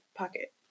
pocket